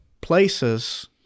places